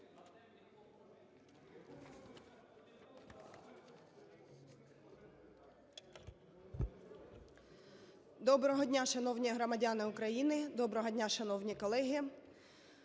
Доброго дня, шановні громадяни України, доброго дня, шановні колеги!